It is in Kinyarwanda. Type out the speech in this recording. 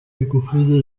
ingufu